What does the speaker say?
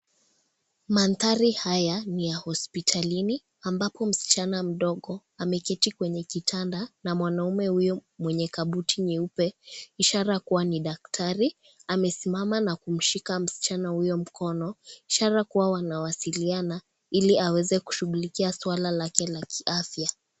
Mandhari haya ni hospitalini, ambapo msichana mdogo ameketi kwenye kitanda na mwanaume huyu mwenye kabuti nyeupe, ishara kuwa ni daktari. Amesimama na kumshika msichana huyo mkono, ishara kuwa wanawasiliana, ili aweze kushughulikia suala lake la kiafya.